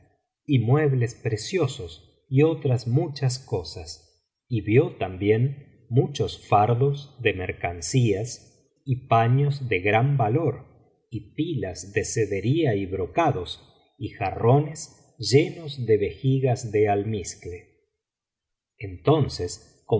y muebles preciosos y otras muchas cosas y vio también muchos fardos de mercancías y paiios de gran valor y pilas de sedería y brocados y jarrones llenos de vejigas de almizcle entonces